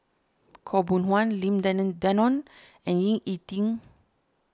Khaw Boon Wan Lim Denan Denon and Ying E Ding